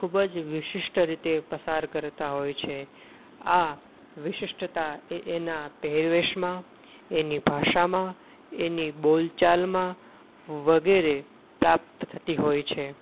ખૂબ જ વિશિષ્ટ રીતે પસાર કરતાં હોય છે આ વિશિષ્ટતા એ એનાં પહેરવેશમાં એની ભાષામાં એની બોલચાલમાં વગેરે પ્રાપ્ત થતી હોય છે